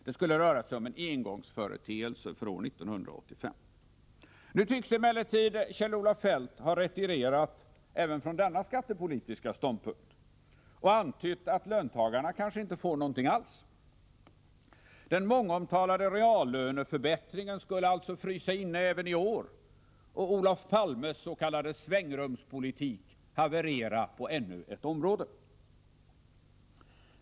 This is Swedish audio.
Det skulle röra sig om en engångsföreteelse för år 1985. Nu tycks emellertid Kjell-Olof Feldt ha retirerat även från denna skattepolitiska ståndpunkt och antyder att löntagarna kanske inte får någonting alls. Den mångomtalade reallöneförbättringen skulle alltså frysa inne även i år, och Olof Palmes svängrumspolitik skulle haverera på ännu ett område.